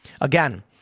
Again